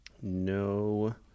No